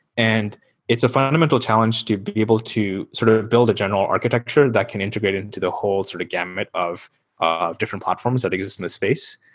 and it's a fundamental challenge to be able to sort of build a general architecture that can integrate into the whole sort of gamut of of different platforms that exist in this space.